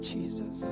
Jesus